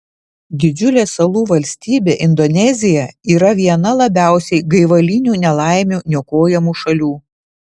didžiulė salų valstybė indonezija yra viena labiausiai gaivalinių nelaimių niokojamų šalių